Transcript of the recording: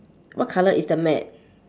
what colour is the mat